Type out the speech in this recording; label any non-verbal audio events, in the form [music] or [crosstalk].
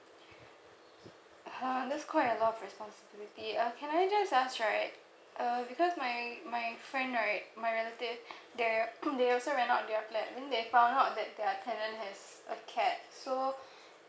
ha that's quite a lot of responsibility uh can I just ask right uh because my my friend right my relative [breath] they [coughs] they also rent out their flat then they found out that their tenant has a cat so [breath]